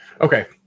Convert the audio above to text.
Okay